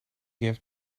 give